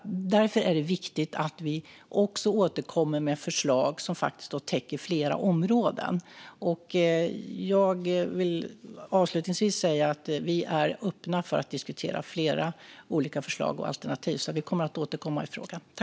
Därför är det viktigt att vi återkommer med förslag som faktiskt täcker flera områden. Jag vill avslutningsvis säga att vi är öppna för att diskutera flera olika förslag och alternativ. Vi kommer att återkomma i frågan.